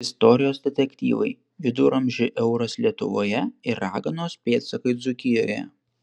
istorijos detektyvai viduramžių euras lietuvoje ir raganos pėdsakai dzūkijoje